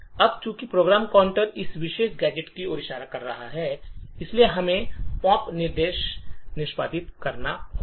अब चूंकि program counter इस विशेष गैजेट की ओर इशारा कर रहा है इसलिए हमें पॉप निर्देश निष्पादित करना होगा